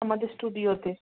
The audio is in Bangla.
আমাদের স্টুডিওতে